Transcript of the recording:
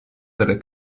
delle